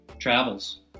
travels